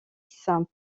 saint